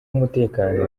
umutekano